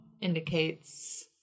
indicates